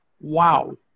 Wow